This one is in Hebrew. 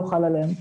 לא חל עליהם.